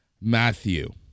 Matthew